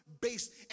based